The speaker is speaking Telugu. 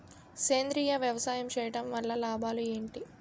సేంద్రీయ వ్యవసాయం చేయటం వల్ల లాభాలు ఏంటి?